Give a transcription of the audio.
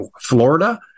Florida